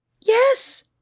yes